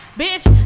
bitch